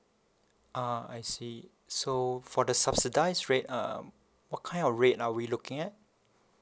ah I see so for the subsidise rate uh what kind of rate are we looking at